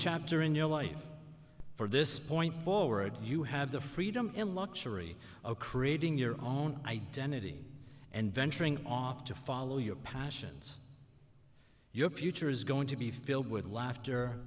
chapter in your life for this point forward you have the freedom and luxury of creating your own identity and venturing off to follow your passions your future is going to be filled with laughter